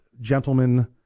gentlemen